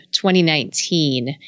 2019